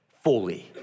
fully